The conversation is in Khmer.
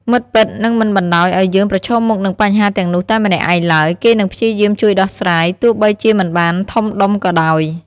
មិត្តពិតនឹងមិនបណ្តោយឲ្យយើងប្រឈមមុខនឹងបញ្ហាទាំងនោះតែម្នាក់ឯងឡើយ គេនឹងព្យាយាមជួយដោះស្រាយ ទោះបីជាមិនបានធំដុំក៏ដោយ។